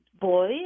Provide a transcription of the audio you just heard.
boy